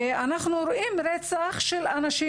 ואנחנו רואים רצח של אנשים,